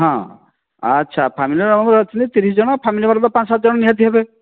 ହଁ ଆଚ୍ଛା family member ଅଛନ୍ତି ତିରିଶ ଜଣ ଫ୍ୟାମିଲି ଘରେ ତ ପାଞ୍ଚ ସାତ ଜଣ ନିହାତି ହେବେ